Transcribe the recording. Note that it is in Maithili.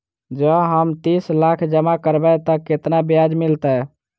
जँ हम तीस लाख जमा करबै तऽ केतना ब्याज मिलतै?